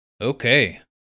Okay